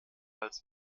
als